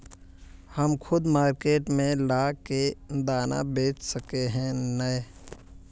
हम खुद मार्केट में ला के दाना बेच सके है नय?